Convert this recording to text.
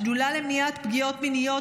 השדולה למניעת פגיעות מיניות,